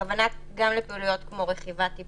ההגבלה הכללית היא ש-50% ממצבת העובדים